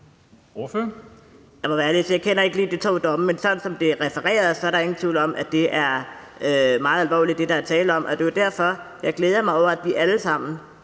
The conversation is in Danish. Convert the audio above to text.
lige kender de to domme, men sådan som det er refereret, er der ingen tvivl om, at det, der er tale om, er meget alvorligt. Og det er jo derfor, jeg glæder mig over, at vi alle sammen